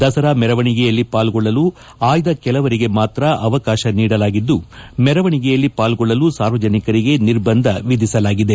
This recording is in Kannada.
ದಸರಾ ಮೆರವಣಿಗೆಯಲ್ಲಿ ಪಾಲ್ಗೊಳ್ಳಲು ಆಯ್ದ ಕೆಲವರಿಗೆ ಮಾತ್ರ ಅವಕಾಶ ನೀಡಲಾಗಿದ್ದು ಮೆರವಣಿಯಲ್ಲಿ ಪಾಲ್ಗೊಳ್ಳಲು ಸಾರ್ವಜನಿಕರಿಗೆ ನಿರ್ಬಂಧ ವಿಧಿಸಲಾಗಿದೆ